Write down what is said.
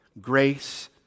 Grace